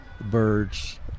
birds